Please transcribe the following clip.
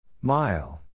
Mile